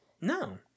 No